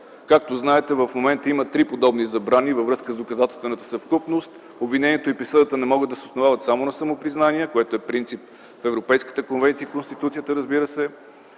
Както знаете, в момента има три подобни забрани във връзка с доказателствената съвкупност. Обвинението и присъдата не могат да се основават само на самопризнание, което е принцип в Европейската конвенция и Конституцията. Обвинението